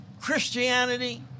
Christianity